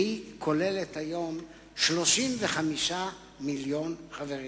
והיא כוללת היום 35 מיליון חברים.